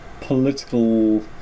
political